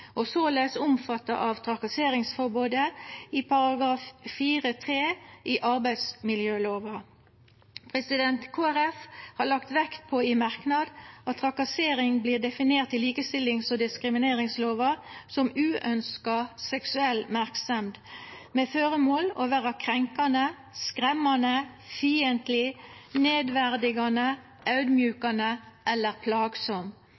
og soleis er omfatta av trakasseringsforbodet i § 4-3 i arbeidsmiljølova. Kristeleg Folkeparti har i merknad lagt vekt på at trakassering blir definert i likestillings- og diskrimineringslova som uønskt seksuell merksemd med føremål å vera krenkande, skremmande, fiendtleg, nedverdigande, audmjukande eller plagsam.